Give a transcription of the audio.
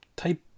type